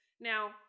Now